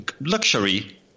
luxury